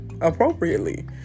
appropriately